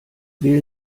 will